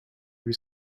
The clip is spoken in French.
huit